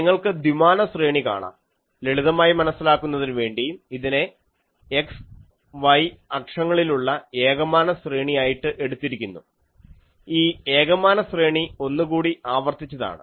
നിങ്ങൾക്ക് ദ്വിമാന ശ്രേണി കാണാം ലളിതമായി മനസ്സിലാക്കുന്നതിനു വേണ്ടി ഇതിനെ x y അക്ഷങ്ങളിലുള്ള ഏകമാന ശ്രേണി ആയിട്ട് എടുത്തിരിക്കുന്നു ഈ ഏകമാന ശ്രേണി ഒന്നുകൂടി ആവർത്തിച്ചതാണ്